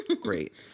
Great